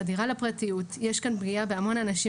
חדירה לפרטיות יש כאן פגיעה להמון אנשים